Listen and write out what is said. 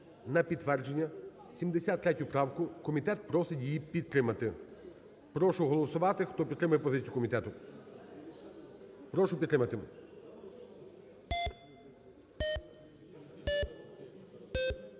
на підтвердження 73 правку, комітет просить її підтримати. Прошу голосувати, хто підтримує позицію комітет, прошу підтримати.